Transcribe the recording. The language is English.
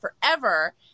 forever